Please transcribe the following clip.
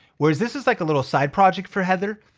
whereas this is like a little side project for heather.